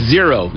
Zero